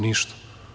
Ništa.